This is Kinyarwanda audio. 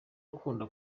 akunda